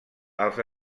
els